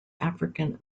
african